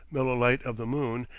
mellow light of the moon,